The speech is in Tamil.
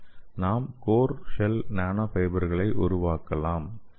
நாம் கோர் ஷெல் நானோ ஃபைபர்களை உருவாக்கலாம்